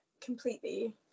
completely